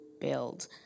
build